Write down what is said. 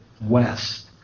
west